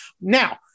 Now